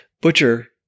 butcher